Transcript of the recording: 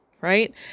right